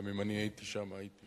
גם אם אני הייתי שם הייתי